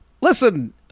listen